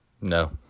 No